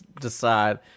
decide